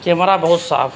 camera بہت صاف ہے